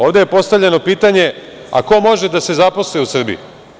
Ovde je postavljeno pitanje, a ko može da se zaposli u Srbiji?